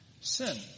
sin